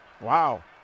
Wow